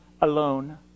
alone